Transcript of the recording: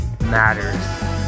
matters